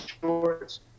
shorts